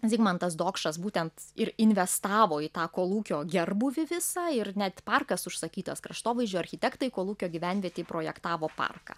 zigmantas dokšas būtent ir investavo į tą kolūkio gerbūvį visą ir net parkas užsakytas kraštovaizdžio architektai kolūkio gyvenvietėj projektavo parką